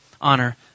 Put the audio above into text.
honor